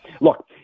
Look